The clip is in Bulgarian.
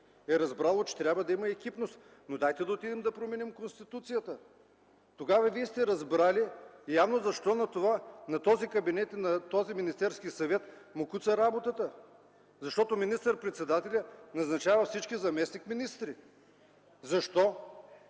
е разбрало, че трябва да има екипност. Но дайте да отидем да променим Конституцията! Тогава явно вие сте разбрали защо на този кабинет и на този Министерски съвет му куца работата – защото министър-председателят назначава всички заместник-министри.